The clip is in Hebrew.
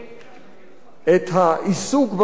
את העיסוק במערכת הפוליטית